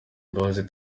imbabazi